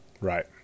Right